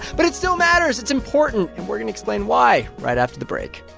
but it still matters. it's important, and we're going to explain why right after the break